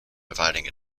providing